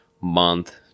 month